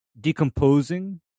decomposing